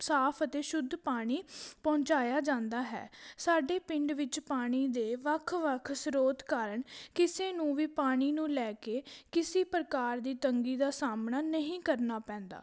ਸਾਫ ਅਤੇ ਸ਼ੁੱਧ ਪਾਣੀ ਪਹੁੰਚਾਇਆ ਜਾਂਦਾ ਹੈ ਸਾਡੇ ਪਿੰਡ ਵਿੱਚ ਪਾਣੀ ਦੇ ਵੱਖ ਵੱਖ ਸਰੋਤ ਕਾਰਨ ਕਿਸੇ ਨੂੰ ਵੀ ਪਾਣੀ ਨੂੰ ਲੈ ਕੇ ਕਿਸੇ ਪ੍ਰਕਾਰ ਦੀ ਤੰਗੀ ਦਾ ਸਾਹਮਣਾ ਨਹੀਂ ਕਰਨਾ ਪੈਂਦਾ